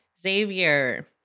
Xavier